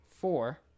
four